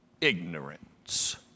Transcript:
ignorance